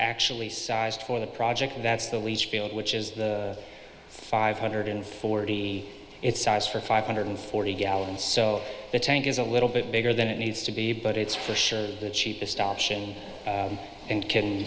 actually sized for the project that's the least field which is the five hundred forty it's size for five hundred forty gallons so the tank is a little bit bigger than it needs to be but it's for sure the cheapest option and can